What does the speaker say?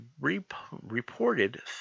reported